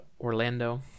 Orlando